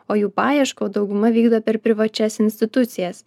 o jų paiešką dauguma vykdo per privačias institucijas